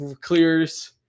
clears